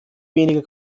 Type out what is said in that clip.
weniger